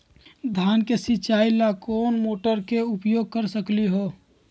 धान के सिचाई ला कोंन मोटर के उपयोग कर सकली ह?